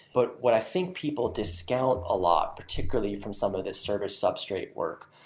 but what i think people discount a lot, particularly from some of these service substrate work,